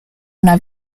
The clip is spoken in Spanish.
una